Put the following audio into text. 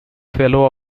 fellow